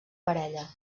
parella